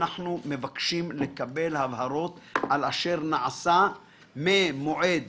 אנחנו מבקשים לקבל הבהרות על אשר נעשה ממועד